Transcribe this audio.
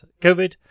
COVID